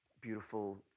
beautiful